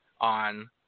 on